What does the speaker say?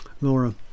Laura